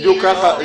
בדיוק ככה.